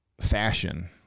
fashion